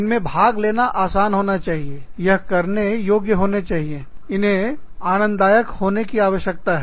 इनमें भाग लेना आसान होना चाहिए यह करने योग्य होने चाहिए इन्हें आनंददायक होने की आवश्यकता है